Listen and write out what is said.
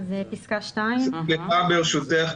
ברשותך,